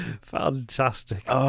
Fantastic